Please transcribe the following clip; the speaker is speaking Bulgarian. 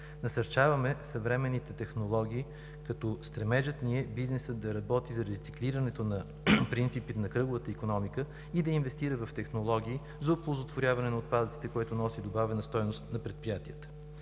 Насърчаваме съвременните технологии, като стремежът ни е бизнесът да работи за рециклирането на принципите на кръговата икономика и да инвестира в технологии за оползотворяване на отпадъците, което носи добавена стойност на предприятията.